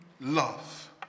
love